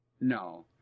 No